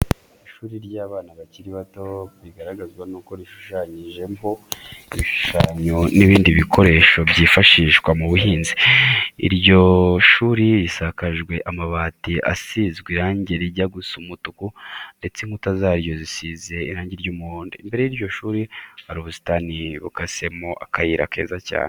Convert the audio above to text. Ishuri ry'abana bakiri bato bigaragazwa n'uko rishushanyijeho ibishyimbo n'ibindi bikoresho byifashishwa mu buhinzi. Iryo shuri risakajwe amabati asizwe irange rijya gusa umutuku ndetse inkuta zaryo zisize irange ry'umuhondo. Imbere y'iryo shuri hari ubusitani bukasemo akayira keza cyane.